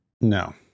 No